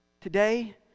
Today